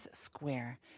Square